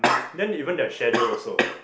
then even their schedule also